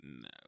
No